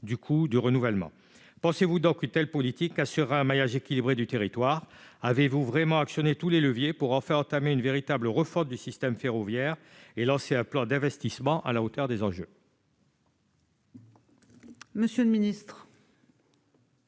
du coût de renouvellement pensez-vous donc telle politique, assure un maillage équilibré du territoire, avez-vous vraiment actionner tous les leviers pour enfin, entamer une véritable réforme du système ferroviaire et lancé un plan d'investissements à la hauteur des enjeux.